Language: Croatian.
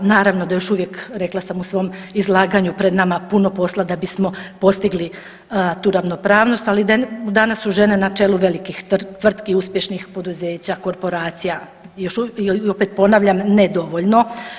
Naravno da je još uvijek rekla sam u svom izlaganju pred nama puno posla da bismo postigli tu ravnopravnost, ali danas su žene na čelu velikih tvrtki, uspješnih poduzeća, korporacija još, i opet ponavljam nedovoljno.